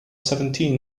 seventeen